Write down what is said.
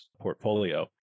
portfolio